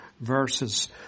verses